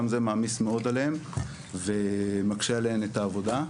גם זה מעמיס מאוד עליהם ומקשה עליהם את העבודה.